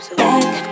back